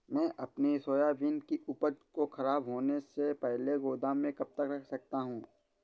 मैं अपनी सोयाबीन की उपज को ख़राब होने से पहले गोदाम में कब तक रख सकता हूँ?